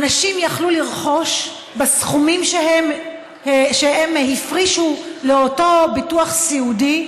אנשים יכלו לרכוש בסכומים שהם הפרישו לאותו ביטוח סיעודי,